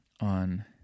on